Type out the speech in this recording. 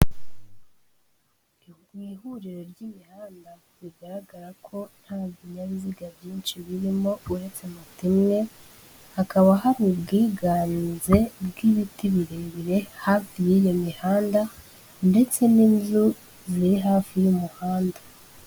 Mu ihuriro ry'imihanda bigaragara ko nta binyabiziga byinshi birimo uretse moto imwe, hakaba hari ubwiganze bw'ibiti birebire hafi y'iyo mihanda ndetse n'inzu ziri hafi y'umuhanda.